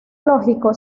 lógico